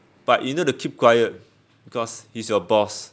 but you know to keep quiet cause he's your boss